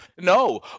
No